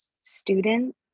student